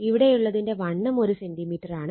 ഇവിടെയുള്ളതിന്റെ വണ്ണം 1 സെന്റിമീറ്ററാണ്